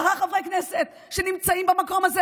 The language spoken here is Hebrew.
עשרה חברי כנסת, שנמצאים במקום הזה